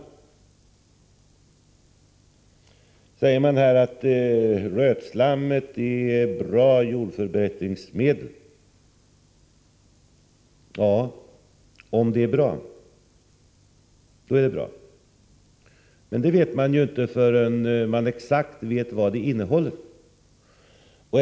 Sedan sägs det här att rötslammet är ett bra jordförbättringsmedel. Om det är bra, då är det bra! Men det vet man inte förrän man exakt känner till vad det innehåller.